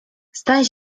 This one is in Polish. staś